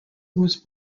was